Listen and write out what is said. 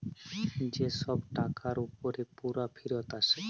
যে ছব টাকার উপরে পুরা ফিরত আসে